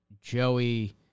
joey